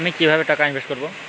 আমি কিভাবে টাকা ইনভেস্ট করব?